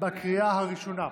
לקריאה הראשונה.